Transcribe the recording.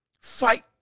fight